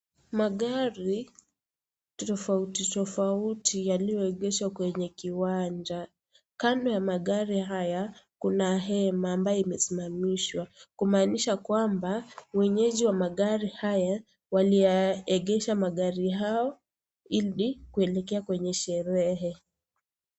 Magari tofauti tofauti yaliyoegeshwa kwenye kiwanja. Kando ya magari haya kuna hema ambaye imeshimamishwa, kumaanisha kwamba wenyeji wa magari haya waliyaegesha magari yao, ili kuelekea kwenye sherehe.